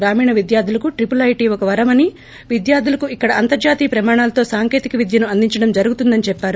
గ్రామీణ విద్యార్థులకు triple I T ఒక వరమని విద్యార్లులకు ఇక్కడ అంతర్హాతీయ ప్రమాణాలతో సాంకేతిక విద్యను అందించడం జరుగుతుందని చెప్పారు